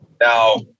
Now